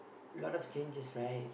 a lot of changes right